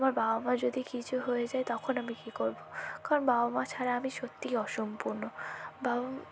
আমার বাবা মার যদি কিছু হয়ে যায় তখন আমি কী করবো কারণ বাবা মা ছাড়া আমি সত্যিই অসম্পূর্ণ বাবা